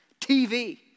TV